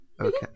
Okay